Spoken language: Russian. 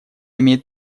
имеет